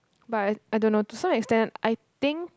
but I don't know to some extent I think